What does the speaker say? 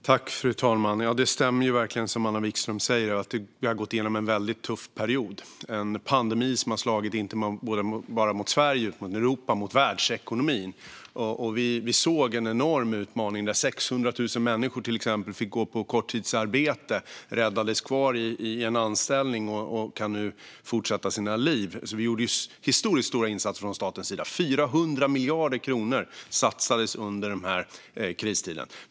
Fru talman! Det stämmer verkligen som Anna Vikström säger att vi har gått igenom en väldigt tuff period, en pandemi som har slagit inte bara mot Sveriges utan mot Europas och världens ekonomier. Vi såg en enorm utmaning när 600 000 människor till exempel fick gå på korttidsarbete. De räddades kvar i en anställning och kan nu fortsätta sina liv. Vi gjorde historiskt stora insatser från statens sida. 400 miljarder kronor satsades under den här kristiden.